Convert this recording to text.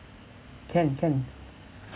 can can